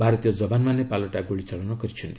ଭାରତୀୟ କ୍ଷବାନମାନେ ପାଲଟା ଗୁଳିଚାଳନା କରିଛନ୍ତି